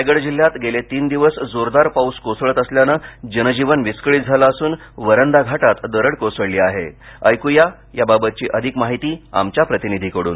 रायगड जिल्हयात गेले तीन दिवस जोरदार पाऊस कोसळत असल्यानं जनजीवन विस्कळीत झालं असून वरंधा घाटात दरड कोसळली आहे ऐक्र्या याबाबत अधिक माहिती आमच्या प्रतिनिधीकडून